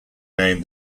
named